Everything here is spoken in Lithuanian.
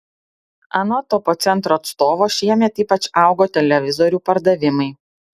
anot topo centro atstovo šiemet ypač augo televizorių pardavimai